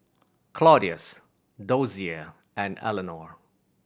Claudius Dozier and Elinor